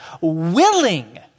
willing